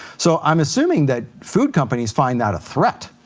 so i'm assuming that food companies find that a threat.